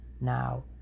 now